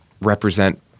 represent